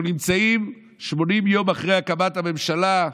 אנחנו נמצאים 80 יום אחרי הקמת הממשלה.